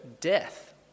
death